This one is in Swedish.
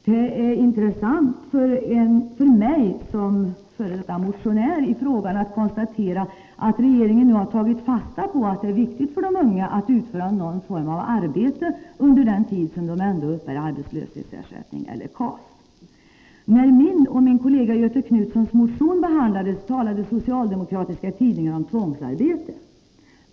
Det är intressant för mig som f. d. motionär i frågan att konstatera att regeringen nu tagit fasta på att det är viktigt för de unga att utföra någon form av arbete under den tid då de ändå uppbär arbetslöshetsersättning eller KAS. När min och min kollega Göthe Knutsons motion behandlades talade socialdemokratiska tidningar om tvångsarbete.